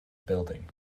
building